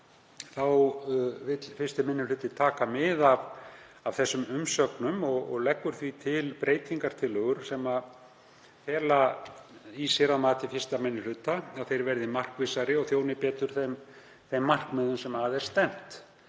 vill 1. minni hluti taka mið af þessum umsögnum og leggur því til breytingartillögur sem fela í sér, að mati 1. minni hluta, að frumvarpið verði markvissara og þjóni betur þeim markmiðum sem að er stefnt.